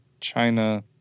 China